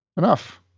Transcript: Enough